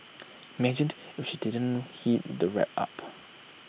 imagine if she didn't heat the wrap up